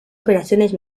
operaciones